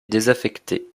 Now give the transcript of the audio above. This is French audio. désaffectée